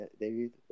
David